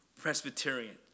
Presbyterian